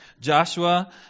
Joshua